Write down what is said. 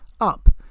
Up